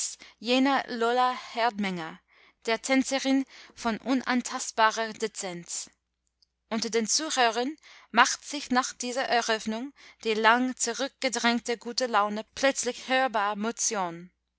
herdmenger der tänzerin von unantastbarer dezenz unter den zuhörern macht sich nach dieser eröffnung die lang zurückgedrängte gute laune plötzlich hörbar